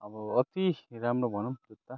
अब अति राम्रो भनौँ जुत्ता